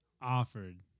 offered